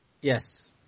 Yes